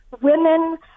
women